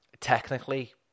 technically